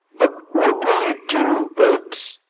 but what will you do, bert?